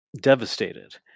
devastated